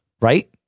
right